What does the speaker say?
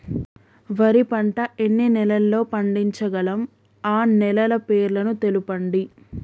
వరి పంట ఎన్ని నెలల్లో పండించగలం ఆ నెలల పేర్లను తెలుపండి?